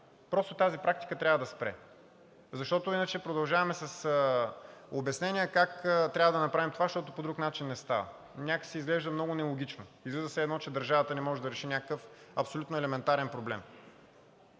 Просто тази практика трябва да спре. Защото иначе продължаваме с обяснения как трябва да направим това, защото по друг начин не става. Някак си изглежда много нелогично – излиза все едно, че държавата не може да реши някакъв абсолютно елементарен проблем.